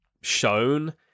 shown